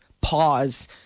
pause